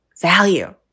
value